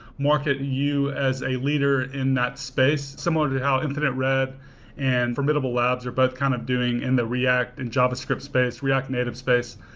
market you as a leader in that space, similar to how infinite red and formidable labs are both kind of doing in the react and javascript space, react native space.